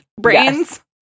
Brains